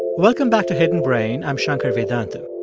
welcome back to hidden brain. i'm shankar vedantam.